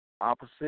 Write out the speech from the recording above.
opposite